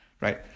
Right